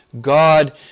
God